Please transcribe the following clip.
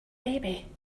baby